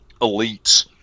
elites